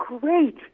great